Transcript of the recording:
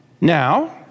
Now